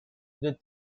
the